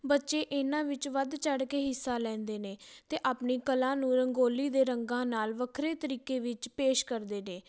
ਬੱਚੇ ਇਹਨਾਂ ਵਿੱਚ ਵੱਧ ਚੜ ਕੇ ਹਿੱਸਾ ਲੈਂਦੇ ਨੇ ਅਤੇ ਆਪਣੀ ਕਲਾ ਨੂੰ ਰੰਗੋਲੀ ਦੇ ਰੰਗਾਂ ਨਾਲ ਵੱਖਰੇ ਤਰੀਕੇ ਵਿੱਚ ਪੇਸ਼ ਕਰਦੇ ਨੇ